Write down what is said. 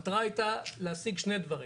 המטרה הייתה להשיג שני דברים,